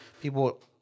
people